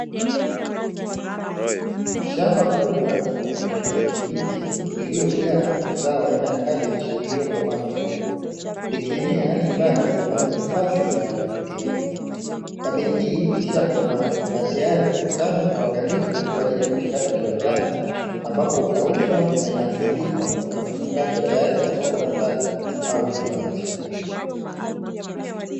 Shamba kubwa la kijani kibichi lililojaa zao aina ya kabichi iliyokomaa vizuri, likienea hadi mbali kwa mandhari safi na ya kuvutia. Kabichi hii imeshakomaa na tayari kukusanywa kwa uangalifu kwa ajili ya kuchakatwa kiwandani, ambapo hukaushwa na inasindikwa na kufungashwa tayari kwa soko la ndani au nje ya nchi.